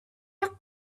your